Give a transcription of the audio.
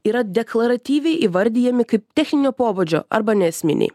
yra deklaratyviai įvardijami kaip techninio pobūdžio arba neesminiai